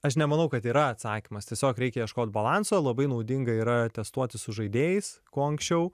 aš nemanau kad yra atsakymas tiesiog reikia ieškot balanso labai naudinga yra testuoti su žaidėjais kuo anksčiau